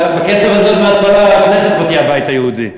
בקצב הזה עוד מעט כל הכנסת תהיה הבית היהודי.